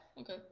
Okay